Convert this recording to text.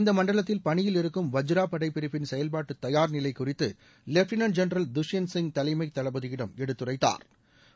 இந்த மண்டலத்தில் பணியில் இருக்கும் வஜ்ரா படை பிரிவின் செயல்பாட்டு தயார்நிலை குறித்து லெப்டினன்ட் ஜென்ரல் துஷ்யந்த் சிங் தலைமை தளபதியிடம் எடுத்துரைத்தாா்